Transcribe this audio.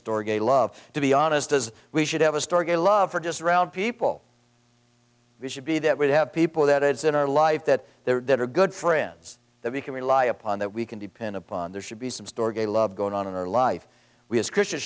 store gay love to be honest as we should have a story a love for just around people we should be that would have people that it's in our life that there are good friends that we can rely upon that we can depend upon there should be some store gay love going on in our life we as christians